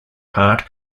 part